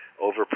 over